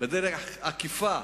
בדרך עקיפה